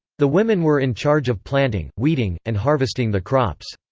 the women were in charge of planting, weeding, and harvesting the crops.